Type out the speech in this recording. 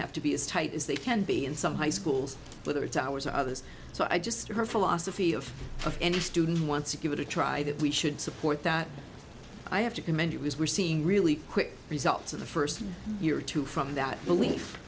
have to be as tight as they can be in some high schools whether it's ours others so i just her philosophy of for any student who wants to give it a try that we should support that i have to commend it was we're seeing really quick results in the first year or two from that belief